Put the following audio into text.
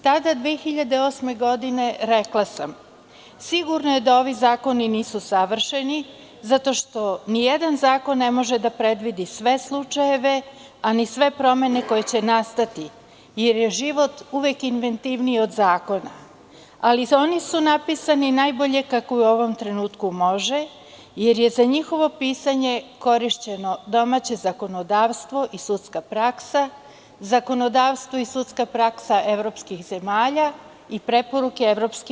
Tada, 2008. godine, rekla sam – sigurno je da ovi zakoni nisu savršeni zato što ni jedan zakon ne može da predvidi sve slučajeve, a ni sve promene koje će nastati, jer je život uvek inventivniji od zakona, ali oni su napisani najbolje kako u ovom trenutku može jer je za njihovo pisanje korišćeno domaće zakonodavstvo i sudska praksa, zakonodavstvo i sudska praksa evropskih zemalja i preporuke EU.